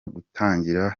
gutangira